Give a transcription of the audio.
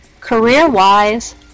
career-wise